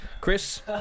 Chris